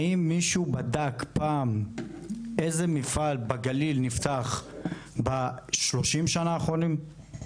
האם מישהו בדק פעם איזה מפעל בגליל נפתח ב-30 האחרונות?